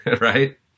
right